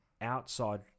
outside